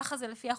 ככה זה לפי החוק,